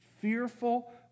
fearful